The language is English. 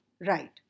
Right